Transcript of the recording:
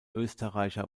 österreicher